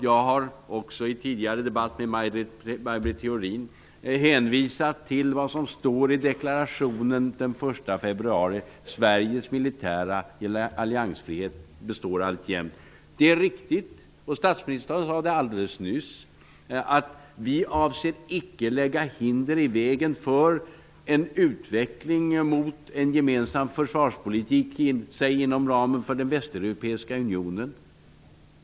Jag har också i tidigare debatter med Maj Britt Theorin hänvisat till vad som står i deklarationen från den 1 Det är riktigt, och statsministern sade det alldeles nyss, att vi icke avser att lägga hinder i vägen för en utveckling mot en gemensam försvarspolitik inom ramen för den västeuropeiska unionen.